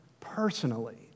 personally